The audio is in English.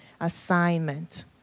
assignment